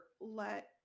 let